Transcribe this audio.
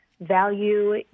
value